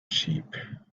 sheep